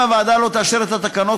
אם הוועדה לא תאשר את התקנות,